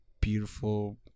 beautiful